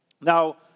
Now